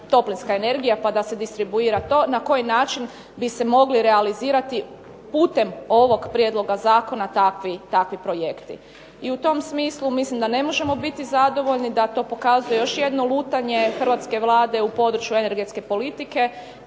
toplinska energija pa da se distribuira to na koji način bi se mogli realizirati putem ovog prijedloga zakona takvi projekti. I u tom smislu mislim da ne možemo biti zadovoljni. Da to pokazuje još jedno lutanje hrvatske Vlade u području energetske politike